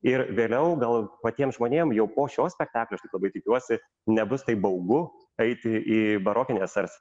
ir vėliau gal patiem žmonėm jau po šio spektaklio aš taip labai tikiuosi nebus taip baugu eiti į barokinės ar